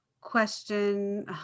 question